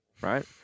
right